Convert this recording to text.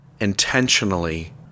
intentionally